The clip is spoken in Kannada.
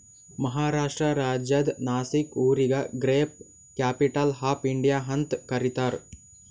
ಮಹಾರಾಷ್ಟ್ರ ರಾಜ್ಯದ್ ನಾಶಿಕ್ ಊರಿಗ ಗ್ರೇಪ್ ಕ್ಯಾಪಿಟಲ್ ಆಫ್ ಇಂಡಿಯಾ ಅಂತ್ ಕರಿತಾರ್